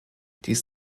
dies